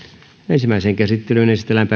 ensimmäiseen käsittelyyn esitellään